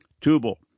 Tubal